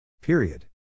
Period